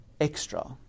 extra